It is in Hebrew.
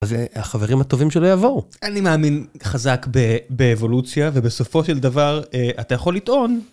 אז החברים הטובים שלו יבואו. אני מאמין חזק באבולוציה, ובסופו של דבר, אתה יכול לטעון...